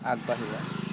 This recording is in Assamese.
আগবাঢ়িব